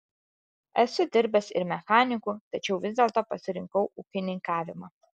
esu dirbęs ir mechaniku tačiau vis dėlto pasirinkau ūkininkavimą